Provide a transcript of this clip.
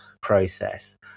process